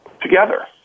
together